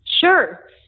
Sure